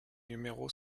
numéro